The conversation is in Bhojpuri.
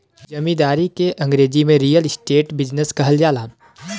जमींदारी के अंगरेजी में रीअल इस्टेट बिजनेस कहल जाला